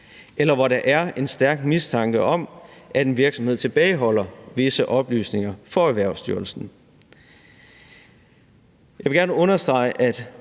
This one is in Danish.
eller hvor der er en stærk mistanke om, at en virksomhed tilbageholder visse oplysninger for Erhvervsstyrelsen. Jeg vil gerne understrege, at